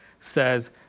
says